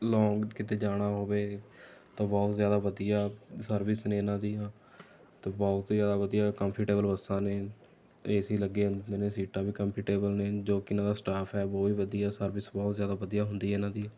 ਲੌਂਗ ਕਿਤੇ ਜਾਣਾ ਹੋਵੇ ਤਾਂ ਬਹੁਤ ਜ਼ਿਆਦਾ ਵਧੀਆ ਸਰਵਿਸ ਨੇ ਇਨ੍ਹਾਂ ਦੀਆਂ ਤਾਂ ਬਹੁਤ ਜ਼ਿਆਦਾ ਵਧੀਆ ਕੰਫਰਟੇਬਲ ਬੱਸਾਂ ਨੇ ਏਸੀ ਲੱਗੇ ਹੁੰਦੇ ਨੇ ਸੀਟਾਂ ਵੀ ਕੰਫਰਟੇਬਲ ਨੇ ਜੋ ਕਿ ਇਨ੍ਹਾਂ ਦਾ ਸਟਾਫ ਹੈ ਉਹ ਵੀ ਵਧੀਆ ਸਰਵਿਸ ਬਹੁਤ ਜ਼ਿਆਦਾ ਵਧੀਆ ਹੁੰਦੀ ਹੈ ਇਨ੍ਹਾਂ ਦੀ